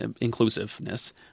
inclusiveness